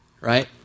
right